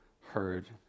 heard